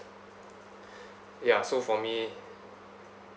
ya so for me